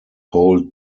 hold